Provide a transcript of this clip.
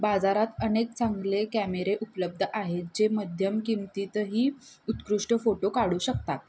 बाजारात अनेक चांगले कॅमेरे उपलब्ध आहेत जे मध्यम किमतीतही उत्कृष्ट फोटो काढू शकतात